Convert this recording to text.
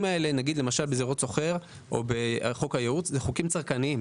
החוקים האלה למשל בזירות סוחר או בחוק הייעוץ הם חוקים צרכניים.